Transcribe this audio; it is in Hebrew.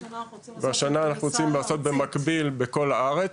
השנה אנחנו רוצים לעשות במקביל בכל הארץ,